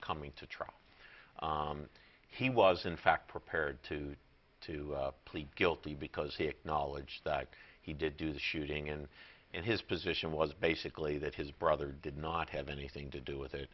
coming to trial he was in fact prepared to to plead guilty because he acknowledged that he did do the shooting and and his position was basically that his brother did not have anything to do with